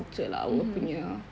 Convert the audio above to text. mmhmm